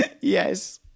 Yes